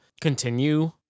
continue